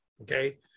okay